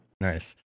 Nice